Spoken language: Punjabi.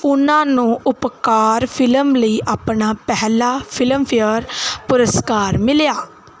ਉਨ੍ਹਾਂ ਨੂੰ ਉਪਕਾਰ ਫ਼ਿਲਮ ਲਈ ਆਪਣਾ ਪਹਿਲਾ ਫਿਲਮਫੇਅਰ ਪੁਰਸਕਾਰ ਮਿਲਿਆ